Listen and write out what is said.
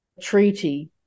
treaty